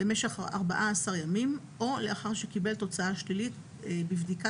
במשך 14 ימים או לאחר שקיבל תוצאה שלילית בבדיקה